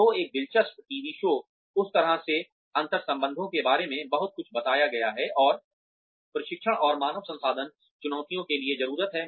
तो एक दिलचस्प टीवी शो उस तरह के अंतरसंबंधों के बारे में बहुत कुछ बताया गया है और प्रशिक्षण और मानव संसाधन चुनौतियों के लिए की जरूरत है